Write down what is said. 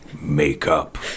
makeup